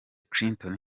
clinton